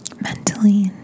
mentally